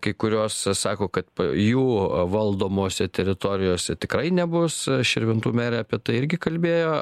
kai kurios sako kad jų valdomose teritorijose tikrai nebus širvintų merė apie tai irgi kalbėjo